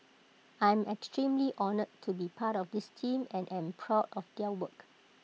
I'm extremely honoured to be part of this team and am proud of their work